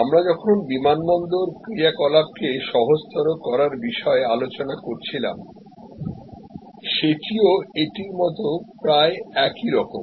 আমরা যখন বিমানবন্দর ক্রিয়াকলাপকে সহজতর করার বিষয়ে আলোচনা করছিলাম সেটিও এটির মত প্রায় একই রকম